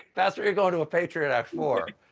that's what you go to patriot act for.